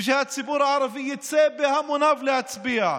ושהציבור הערבי יצא בהמוניו להצביע.